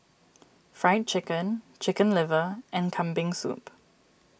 Fried Chicken Chicken Liver and Kambing Soup